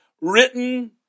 written